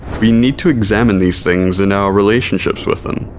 we need to examine these things and our relationships with them,